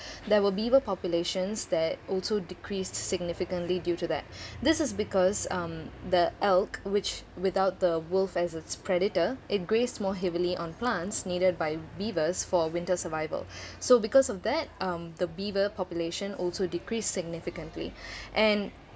there were beaver populations that also decreased significantly due to that this is because um the elk which without the wolf as its predator it graced more heavily on plants needed by beavers for winter survival so because of that um the beaver population also decreased significantly and